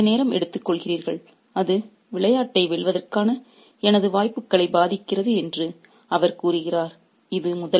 நீங்கள் அதிக நேரம் எடுத்துக்கொள்கிறீர்கள் அது விளையாட்டை வெல்வதற்கான எனது வாய்ப்புகளை பாதிக்கிறது என்று அவர் கூறுகிறார்